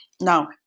Now